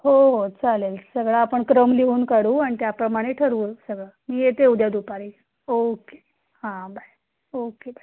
हो हो चालेल सगळं आपण क्रम लिहून काढू आणि त्याप्रणे ठरवू सगळं मी येते उद्या दुपारी ओके हां बाय ओके बाय